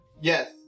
Yes